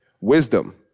Wisdom